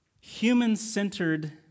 human-centered